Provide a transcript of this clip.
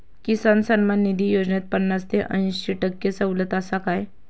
किसान सन्मान निधी योजनेत पन्नास ते अंयशी टक्के सवलत आसा काय?